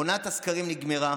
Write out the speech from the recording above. עונת הסקרים נגמרה.